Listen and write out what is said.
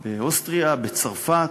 באוסטריה, בצרפת,